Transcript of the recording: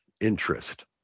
interest